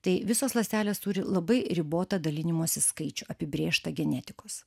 tai visos ląstelės turi labai ribotą dalinimosi skaičių apibrėžtą genetikos